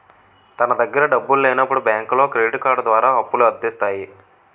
తన దగ్గర డబ్బులు లేనప్పుడు బ్యాంకులో క్రెడిట్ కార్డు ద్వారా అప్పుల అందిస్తాయి